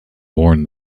worn